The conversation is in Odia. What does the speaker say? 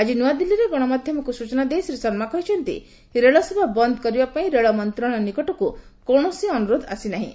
ଆଜି ନୂଆଦିଲ୍ଲୀରେ ଗଣମାଧ୍ୟମକୁ ସୂଚନା ଦେଇ ଶ୍ରୀ ଶର୍ମା କହିଛନ୍ତି ରେଳସେବା ବନ୍ଦ୍ କରିବାପାଇଁ ରେଳ ମନ୍ତ୍ରଣାଳୟ ନିକଟକୁ କୌଣସି ଅନୁରୋଧ ଆସି ନାହିଁ